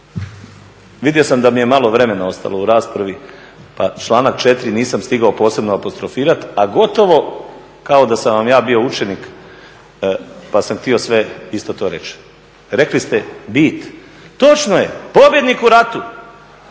Vidio sam da mi je malo vremena ostalo u raspravi pa članak 4. nisam stigao posebno apostrofirati a gotovo kao da sam vam ja bio učenik pa sam htio sve isto to reći. Rekli ste bit, točno je, pobjednik u ratu,